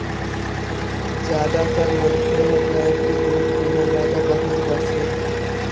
जादातर मनखे ह गाय के दूद पीना जादा पसंद करथे